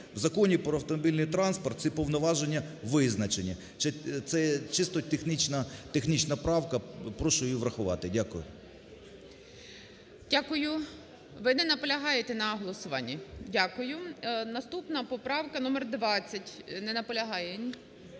В Законі "Про автомобільний транспорт" ці повноваження визначені. Це чисто технічна правка. Прошу її врахувати. Дякую. ГОЛОВУЮЧИЙ. Дякую. Ви не наполягаєте на голосуванні. Дякую. Наступна поправка номер 20. Не наполягають